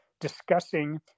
discussing